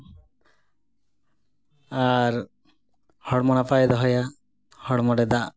ᱟᱨ ᱦᱚᱲᱢᱚ ᱱᱟᱯᱟᱭᱮ ᱫᱚᱦᱚᱭᱟ ᱦᱚᱲᱢᱚ ᱨᱮ ᱫᱟᱜ